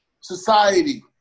society